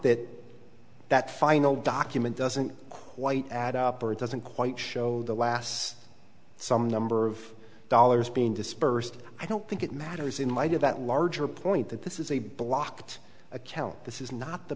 that that final document doesn't quite add up or doesn't quite show the last some number of dollars being dispersed i don't think it matters in light of that larger point that this is a blocked account this is not the